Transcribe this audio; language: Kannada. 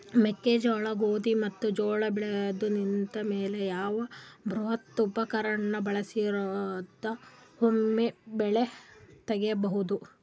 ಮೆಕ್ಕೆಜೋಳ, ಗೋಧಿ ಮತ್ತು ಜೋಳ ಬೆಳೆದು ನಿಂತ ಮೇಲೆ ಯಾವ ಬೃಹತ್ ಉಪಕರಣ ಬಳಸಿದರ ವೊಮೆ ಬೆಳಿ ತಗಿಬಹುದು?